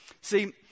see